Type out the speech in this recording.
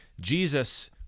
Jesus